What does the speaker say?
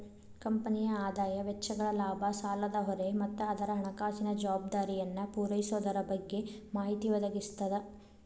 ಕಂಪನಿಯ ಆದಾಯ ವೆಚ್ಚಗಳ ಲಾಭ ಸಾಲದ ಹೊರೆ ಮತ್ತ ಅದರ ಹಣಕಾಸಿನ ಜವಾಬ್ದಾರಿಯನ್ನ ಪೂರೈಸೊದರ ಬಗ್ಗೆ ಮಾಹಿತಿ ಒದಗಿಸ್ತದ